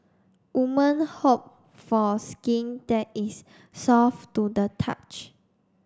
women hope for skin that is soft to the touch